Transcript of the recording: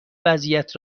وضعیت